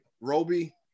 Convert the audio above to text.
Roby